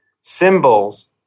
symbols